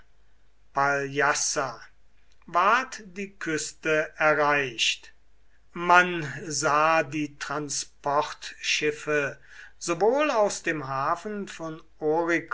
paljassa ward die küste erreicht man sah die transportschiffe sowohl aus dem hafen von